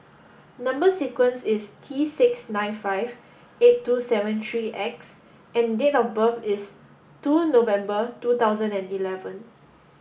number sequence is T six nine five eight two seven three X and date of birth is two November two thousand and eleven